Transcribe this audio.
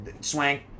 Swank